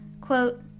Quote